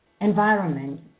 environment